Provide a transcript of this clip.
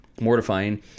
mortifying